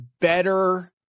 better